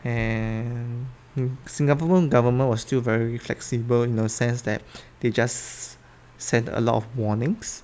and singapore government was still very flexible in a sense that they just sent a lot of warnings